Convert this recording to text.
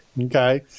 Okay